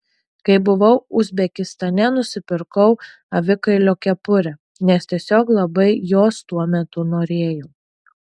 kai buvau uzbekistane nusipirkau avikailio kepurę nes tiesiog labai jos tuo metu norėjau